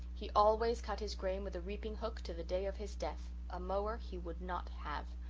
he always cut his grain with a reaping hook to the day of his death. a mower he would not have.